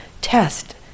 test